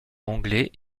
anglais